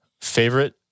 Favorite